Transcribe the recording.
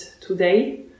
today